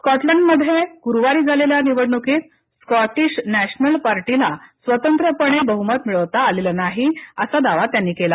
स्कॉटलंडमध्ये गुरुवारी झालेल्या निवडणुकीत स्कॉटिश नॅशनल पार्टीला स्वतंत्रपणे बहुमत मिळवता आलं नाही असा दावा त्यांनी केला